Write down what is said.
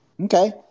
Okay